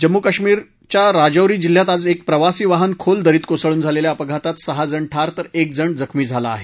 जम्मू कश्मीरच्या राजौरी जिल्ह्यात आज एक प्रवासी वाहन खोल दरीत कोसळून झालेल्या अपघातात सहाजण ठार तर एकजण गंभीर जखमी झाला आहे